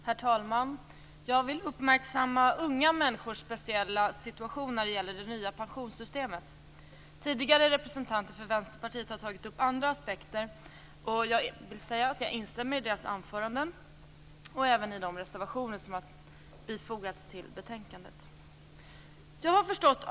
Herr talman! Jag vill uppmärksamma unga människors speciella situation när det gäller det nya pensionssystemet. Tidigare representanter för Vänsterpartiet har tagit upp andra aspekter. Jag instämmer i deras anföranden och även i de reservationer som har fogats till betänkande.